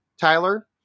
Tyler